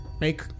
Make